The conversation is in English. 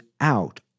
out